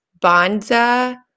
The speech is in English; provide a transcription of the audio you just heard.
Bonza